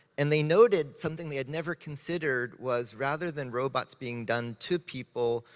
and they noted something they had never considered was rather than robots being done to people,